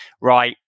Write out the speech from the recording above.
right